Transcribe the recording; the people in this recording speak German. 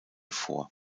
vor